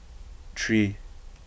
three